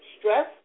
stress